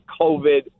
COVID